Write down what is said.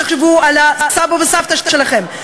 תחשבו על הסבא והסבתא שלכם,